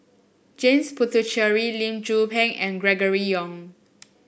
James Puthucheary Lee Tzu Pheng and Gregory Yong